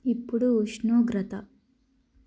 ఇప్పుడు ఉష్ణోగ్రత